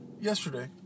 yesterday